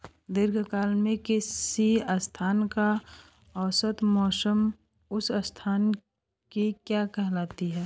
दीर्घकाल में किसी स्थान का औसत मौसम उस स्थान की क्या कहलाता है?